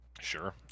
Sure